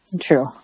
True